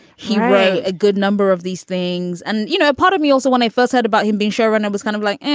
he way a good number of these things and you know a part of me also when i first heard about him being show runner was kind of like.